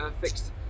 fixed